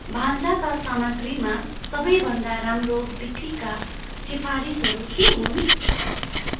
भान्साका सामाग्रीमा सबैभन्दा राम्रो बिक्रीका सिफारिसहरू के हुन्